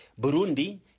Burundi